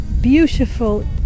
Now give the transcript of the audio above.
Beautiful